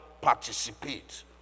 participate